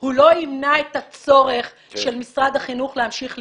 הוא לא ימנע את הצורך של משרד החינוך להמשיך לפעול.